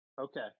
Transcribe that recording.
Okay